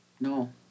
No